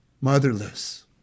Motherless